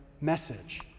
message